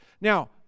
Now